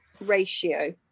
ratio